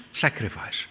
sacrifice